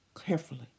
carefully